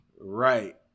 right